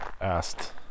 asked